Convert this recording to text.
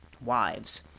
wives